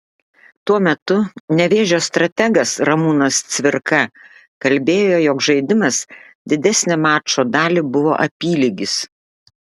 tuo metu nevėžio strategas ramūnas cvirka kalbėjo jog žaidimas didesnę mačo dalį buvo apylygis